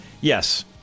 yes